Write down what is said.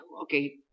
Okay